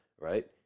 right